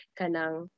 kanang